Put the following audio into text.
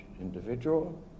individual